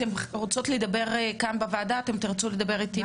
אתן רוצות לדבר כאן בוועדה או שתרצו לדבר איתי?